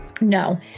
No